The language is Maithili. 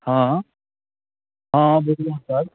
हँ हँ देखिऔ सर